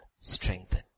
Strengthen